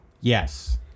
Yes